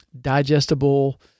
digestible